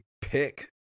pick